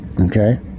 Okay